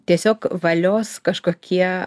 tiesiog valios kažkokie